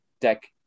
deck